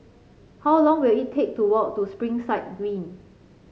how long will it take to walk to Springside Green